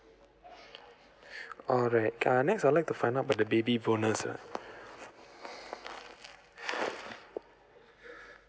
alright uh next I'd like to find out about the baby bonus ah